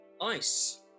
ice